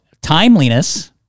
timeliness